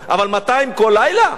אבל 200 כל לילה?